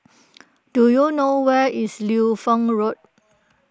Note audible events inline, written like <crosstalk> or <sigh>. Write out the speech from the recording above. <noise> do you know where is Liu Fang Road